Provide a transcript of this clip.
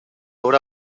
obra